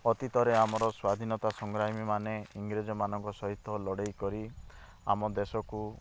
ଅତୀତରେ ଆମର ସ୍ବାଧିନତା ସଂଗ୍ରାମୀ ମାନେ ଇରେଂଜ ମାନଙ୍କ ସହିତ ଲଢ଼େଇ କରି ଆମ ଦେଶକୁ